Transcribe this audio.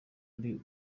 ari